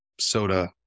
soda